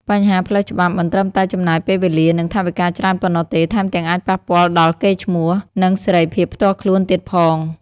បញ្ហាផ្លូវច្បាប់មិនត្រឹមតែចំណាយពេលវេលា និងថវិកាច្រើនប៉ុណ្ណោះទេ ថែមទាំងអាចប៉ះពាល់ដល់កេរ្តិ៍ឈ្មោះ និងសេរីភាពផ្ទាល់ខ្លួនទៀតផង។